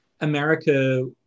America